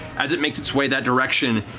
as it makes its way that direction,